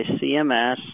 CMS